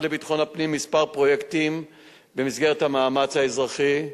לביטחון הפנים כמה פרויקטים במסגרת המאמץ האזרחי,